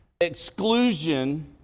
exclusion